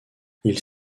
ils